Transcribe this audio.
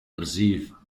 perceive